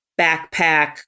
backpack